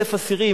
1,000 אסירים.